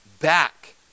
back